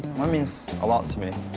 that means a lot to me.